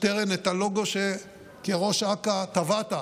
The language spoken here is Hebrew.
שטרן, את הלוגו שכראש אכ"א טבעת: